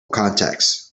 contexts